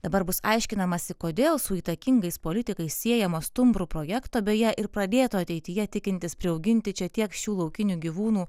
dabar bus aiškinamasi kodėl su įtakingais politikais siejamo stumbrų projekto beje ir pradėto ateityje tikintys priauginti čia tiek šių laukinių gyvūnų